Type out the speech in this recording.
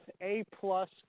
A-plus